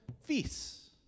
Feasts